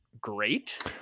great